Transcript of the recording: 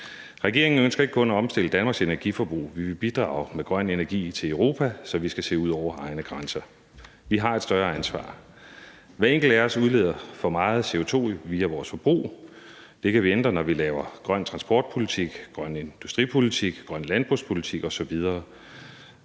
Regeringen ønsker ikke kun at omstille Danmarks energiforbrug. Vi vil bidrage med grøn energi til Europa. Så vi skal se ud over egne grænser. Vi har et større ansvar. Hver enkelt af os udleder for meget CO2 via vores forbrug. Det kan vi ændre, når vi laver grøn transportpolitik, grøn industripolitik, grøn landbrugspolitik osv.,